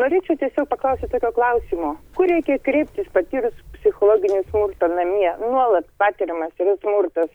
norėčiau tiesiog paklausti tokio klausimo kur reikia kreiptis patyrus psichologinį smurtą namie nuolat patiriamas yra smurtas